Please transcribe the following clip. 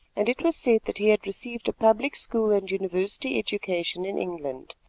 and it was said that he had received a public school and university education in england.